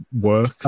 work